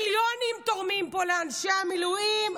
מיליונים תורמים פה לאנשי המילואים,